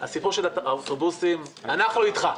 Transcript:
בסיפור של האוטובוסים אנחנו איתך,